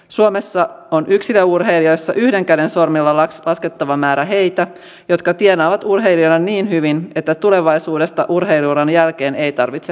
suomessa on yksilöurheilijoissa yhden käden sormilla laskettava määrä heitä jotka tienaavat urheilijoina niin hyvin että tulevaisuudesta urheilu uran jälkeen ei tarvitse huolehtia